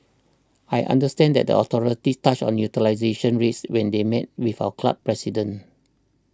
I understand that the authorities touched on utilisation rates when they met with our club's president